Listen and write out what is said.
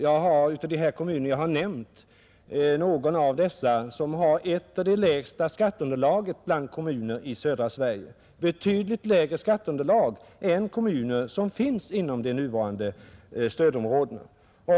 En av de kommuner jag nämnt hör till de kommuner i södra Sverige som har det allra sämsta skatteunderlaget, betydligt sämre än många kommuner inom de nuvarande stödområdena.